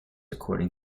according